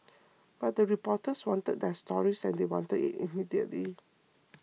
but the reporters wanted their stories and they wanted it immediately